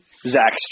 Zach